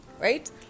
right